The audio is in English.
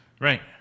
Right